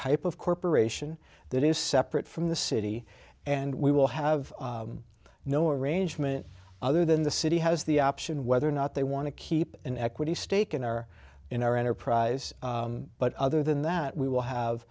type of corporation that is separate from the city and we will have no arrangement other than the city has the option whether or not they want to keep an equity stake in our in our enterprise but other than that we will have